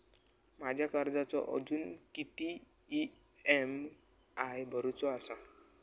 माझ्या कर्जाचो अजून किती ई.एम.आय भरूचो असा?